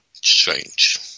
change